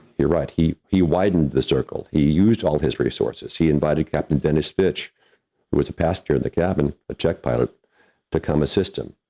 you're right. he, he widened the circle. he used all his resources. he invited captain denis fitch, who was a pastor of and the cabin, a czech pilot to come assist them.